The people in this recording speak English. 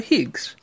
Higgs